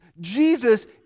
Jesus